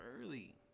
early